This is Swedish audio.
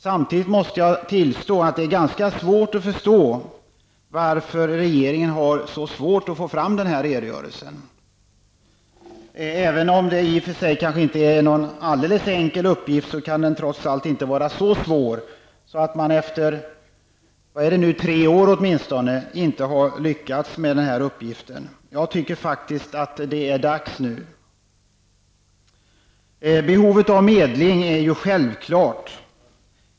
Samtidigt måste jag tillstå att det är ganska svårt att förstå varför regeringen har så svårt att få fram den här redogörelsen. Även om det i och för sig inte är en helt enkelt uppgift kan den trots allt inte vara så svår att man efter drygt tre år inte har lyckats med den. Jag tycker fatiskt att det är dags nu. Behovet av medling är självklart.